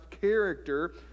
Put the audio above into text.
character